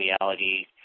Reality